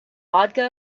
vodka